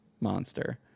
Monster